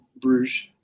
Bruges